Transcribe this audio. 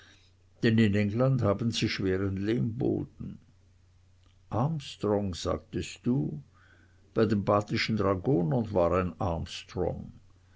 denn in england haben sie schweren lehmboden armstrong sagtest du bei den badischen dragonern war ein armstrong